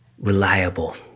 Reliable